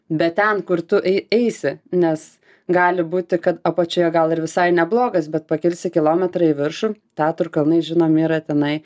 bet ten kur tu ei eisi nes gali būti kad apačioje gal ir visai neblogas bet pakilsi kilometrą į viršų tatrų kalnai žinom yra tenai